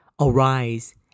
Arise